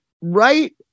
right